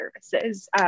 services